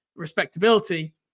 respectability